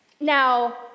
Now